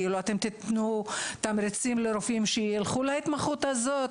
אתם תתנו תמריצים לרופאים שילכו להתמחות הזאת?